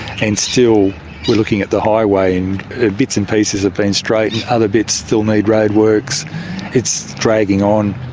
and still we're looking at the highway and bits and pieces have been straightened, other bits still need road works it's dragging on.